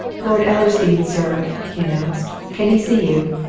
lord ellersdeane, sir, he announced. can he see you?